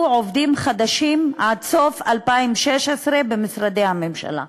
עובדים חדשים עד סוף 2016 במשרדי הממשלה.